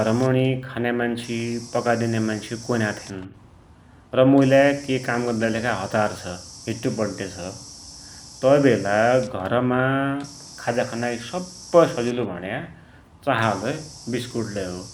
घरमुणी खान्या मान्सी, पकाइदिन्या मान्सी कोइ नाइ थिन् । र मुइलाई के काम गद्दाकी हतार छ, हिट्टुपड्या छ, तै वेला घरमा खाजा खानाकी सप्पैहै सजिलो भुण्या चाहालै विस्कुटलै हो ।